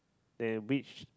eh which